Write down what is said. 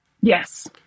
Yes